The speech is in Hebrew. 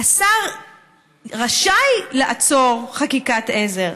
השר רשאי לעצור חקיקת עזר,